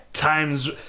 Times